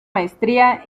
maestría